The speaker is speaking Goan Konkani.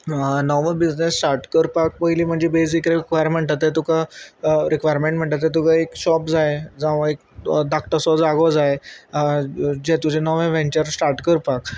नवो बिजनेस स्टार्ट करपाक पयलीं म्हणजे बेजीक रिक्वायरमेंटा ते तुका रिक्वायरमेंट म्हणटा ते तुका एक शॉप जाय जावं एक धाकटसो जागो जाय जे तुजें नवें वेंचर स्टार्ट करपाक